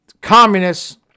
Communists